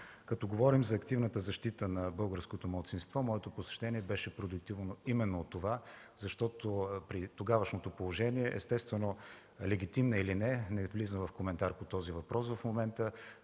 Като говорим за активната защита на българското малцинство, моето посещение беше продиктувано именно от това, защото при тогавашното положение естествено легитимна или не – не влизам в коментар по този въпрос в момента,